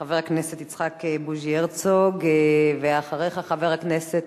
חבר הכנסת יצחק בוז'י הרצוג, ואחריך, חבר הכנסת